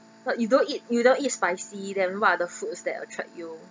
but you don't eat you don't eat spicy then what are the foods that attract you